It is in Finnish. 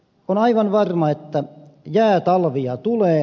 on aivan varma että jäätalvia tulee